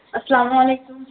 اسلام وعلیکم